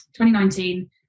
2019